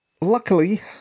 Luckily